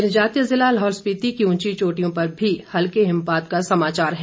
जनजातीय जिला लाहौल स्पिति की ऊंची चोटियों पर भी हल्के हिमपात का समाचार है